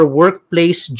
workplace